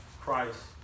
Christ